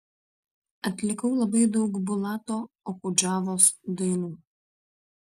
atlikau labai daug bulato okudžavos dainų